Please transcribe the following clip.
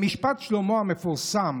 במשפט שלמה המפורסם,